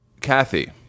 kathy